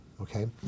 Okay